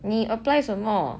你 apply 什么